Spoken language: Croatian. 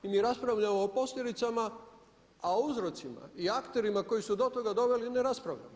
I mi raspravljamo o posljedicama, a o uzrocima i akterima koji su do toga doveli ne raspravljamo.